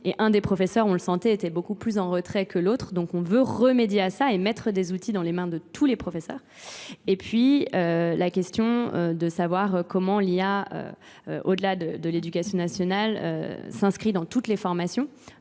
et un des professeurs on le sentait était beaucoup plus en retrait que l'autre donc on veut remédier à ça et mettre des outils dans les mains de tous les professeurs. Et puis la question de savoir comment l'IA, au-delà de l'Éducation nationale, s'inscrit dans toutes les formations.